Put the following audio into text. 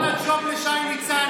למה תפרת ג'וב לשי ניצן,